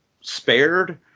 spared